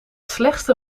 slechtste